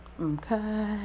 Okay